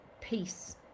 peace